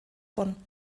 von